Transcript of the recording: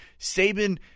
Saban